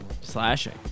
Slashing